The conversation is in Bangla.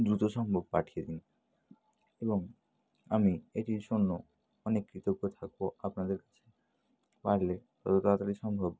দ্রুত সম্ভব পাঠিয়ে দিন এবং আমি এটির জন্য অনেক কৃতজ্ঞ থাকব আপনাদের কাছে পারলে যত তাড়াতাড়ি সম্ভব